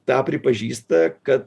tą pripažįsta ka